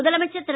முதலமைச்சர் திரு